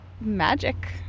Magic